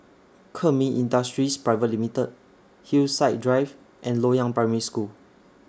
Kemin Industries Private Limited Hillside Drive and Loyang Primary School